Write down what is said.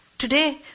Today